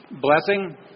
blessing